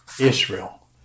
Israel